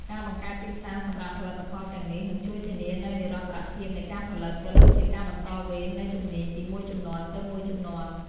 ការបង្កើតទីផ្សារសម្រាប់ផលិតផលទាំងនេះ នឹងជួយធានានូវនិរន្តរភាពនៃការផលិត ក៏ដូចជាការបន្តវេននូវជំនាញពីមួយជំនាន់ទៅមួយជំនាន់។